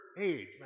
age